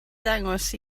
ddangos